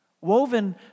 Woven